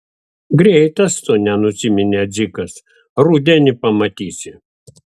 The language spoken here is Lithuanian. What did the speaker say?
greitas tu nenusiminė dzikas rudenį pamatysi